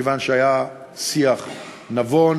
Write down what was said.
מכיוון שהיה שיח נבון,